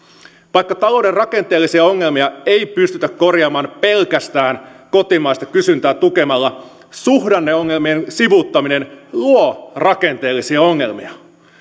vaikka talouden rakenteellisia ongelmia ei pystytä korjaamaan pelkästään kotimaista kysyntää tukemalla suhdanneongelmien sivuuttaminen luo rakenteellisia ongelmia